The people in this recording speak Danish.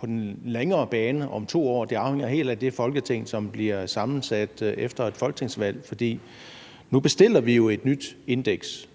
på den længere bane om 2 år, helt afhænger af det Folketing, som bliver sammensat efter et folketingsvalg, for nu bestiller vi jo et nyt indeks